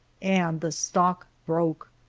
and the stock broke!